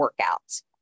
workouts